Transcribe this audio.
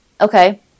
okay